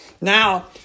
Now